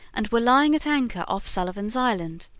and were lying at anchor off sullivan's island.